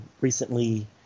recently